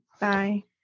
Bye